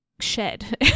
shed